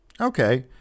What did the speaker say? Okay